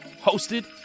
hosted